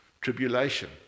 tribulation